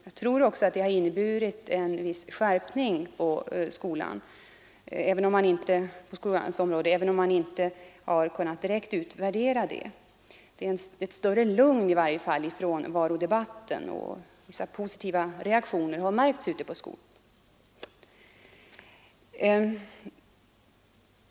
Jag tror också att de inneburit en viss skärpning i skolan, även' om man inte har kunnat direkt utvärdera detta. Det är i varje fall ett större lugn över debatten, och vissa positiva reaktioner har märkts ute i skolorna.